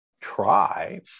try